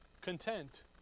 Content